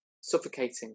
suffocating